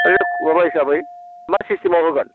ओरैनो माबा हिसाबै मा सिस्टिमाव होगोन